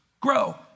grow